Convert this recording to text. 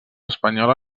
espanyola